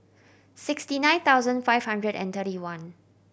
sixty nine thousand five hundred and thirty one